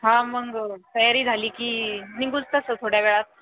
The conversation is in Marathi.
हा मग तयारी झाली की निघूच तसं थोड्या वेळात